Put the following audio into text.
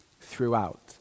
throughout